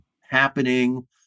happening